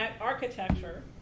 architecture